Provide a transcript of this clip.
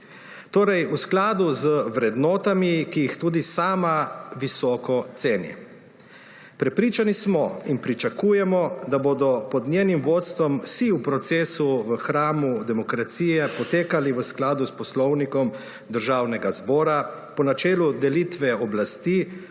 torej v skladu z vrednotami, ki jih tudi sama visoko ceni. Prepričani smo in pričakujemo, da bodo pod njenim vodstvom vsi procesi v hramu demokracije potekali v skladu s Poslovnikom Državnega zobra po načelu delitve oblasti,